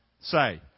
Say